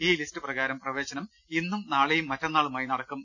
ഈ ലിസ്റ്റ് പ്രകാരം പ്രവേശനം ഇന്നും നാളെയും മറ്റന്നാളുമായി നടക്കും